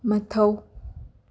ꯃꯊꯧ